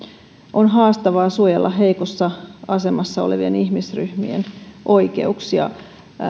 on haastavaa suojella heikossa asemassa olevien ihmisryhmien oikeuksia